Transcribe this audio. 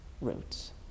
roots